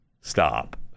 stop